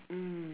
mm